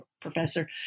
professor